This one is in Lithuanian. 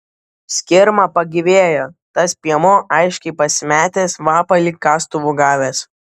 skirma pagyvėjo tas piemuo aiškiai pasimetęs vapa lyg kastuvu gavęs